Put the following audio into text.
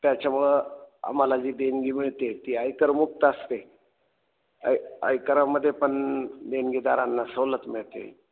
त्याच्यामुळं आम्हाला जी देणगी मिळते ती ऐ करमुक्त असते ऐ ऐ करामध्ये पण देणगीदारांना सवलत मिळते